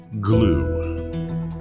Glue